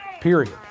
period